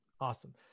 Awesome